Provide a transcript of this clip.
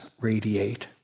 radiate